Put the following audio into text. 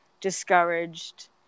discouraged